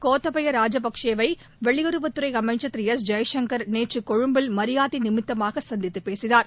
கோத்தபய ராஜபக்சே வெளியுறவுத்துறை அமைச்சர் திரு எஸ் ஜெயசங்கர் நேற்று கொழும்பில் மரியாதை நிமித்தமாக சந்தித்துப் பேசினார்